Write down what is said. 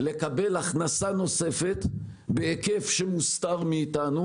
לקבל הכנסה נוספת בהיקף שמוסתר מאתנו